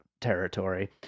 territory